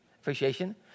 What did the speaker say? Appreciation